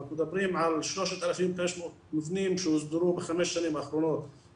אנחנו מדברים על 3,500 מבנים שהוסדרו בחמש שנים האחרונות,